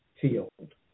field